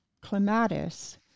clematis